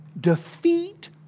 defeat